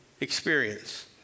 experience